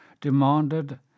demanded